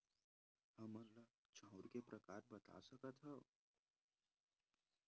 हमन ला चांउर के प्रकार बता सकत हव?